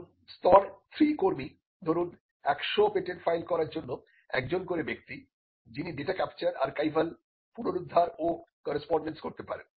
এখন স্তর 3 কর্মী ধরুন একশ পেটেন্ট ফাইল করার জন্য একজন করে ব্যক্তি যিনি ডেটা ক্যাপচার আর্কাইভাল পুনরুদ্ধার ও করেসপন্ডেন্স করতে পারেন